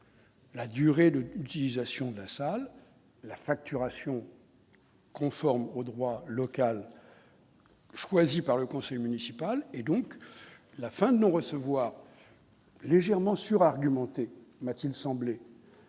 La durée de utilisation de la salle la facturation. Conforme au droit local choisi par le conseil municipal et donc la fin de non-recevoir légèrement sur-argumenté, m'a-t-il semblé.